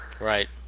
Right